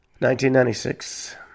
1996